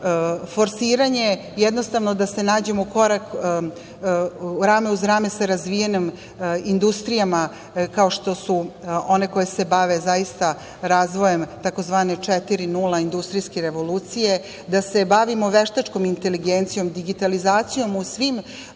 forsiranje jednostavno da se nađemo korak, rame uz rame se razvijenim industrijama kao što su one koje se bave zaista razvojem tzv. 4.0 industrijske revolucije, da se bavimo veštačkom inteligencijom i digitalizacijom u svim